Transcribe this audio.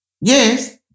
Yes